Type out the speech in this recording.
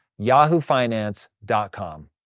yahoofinance.com